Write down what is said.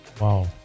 Wow